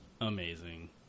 amazing